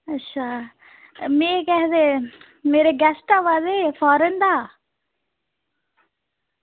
अच्छा में केह् आक्खदे मेरे गेस्ट आवा दे फॉरेन दा